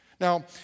Now